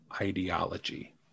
ideology